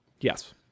Yes